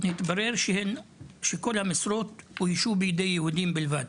התברר שכל המשרות אוישו בידי יהודים בלבד,